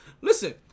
Listen